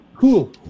Cool